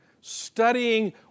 studying